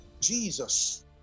jesus